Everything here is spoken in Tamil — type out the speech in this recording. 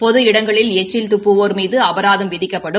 பொது இடங்களில் எச்சில் துப்புவோர் மீது அபராதம் விதிக்கப்படும்